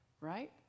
right